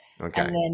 Okay